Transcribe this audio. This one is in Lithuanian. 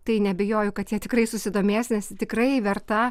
tai neabejoju kad jie tikrai susidomės nes tikrai verta